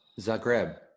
Zagreb